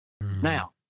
Now